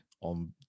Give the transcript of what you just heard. on